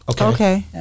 Okay